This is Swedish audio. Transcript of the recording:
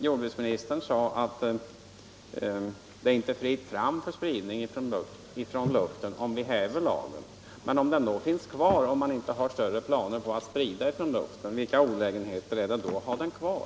Jordbruksministern sade att det inte är fritt fram för spridning från luften om lagen upphävs. Men om man inte har större planer för att sprida medlen från luften, vilka olägenheter är det då med att ha den kvar?